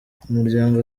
umuryango